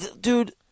dude